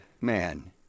man